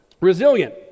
resilient